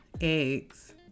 eggs